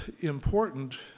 important